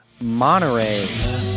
Monterey